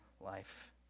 life